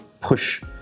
push